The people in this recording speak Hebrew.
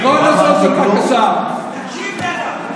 זה לא שייך לנושא, חברת הכנסת גולן.